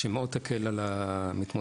שמאוד תקל על המתמודדים,